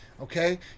okay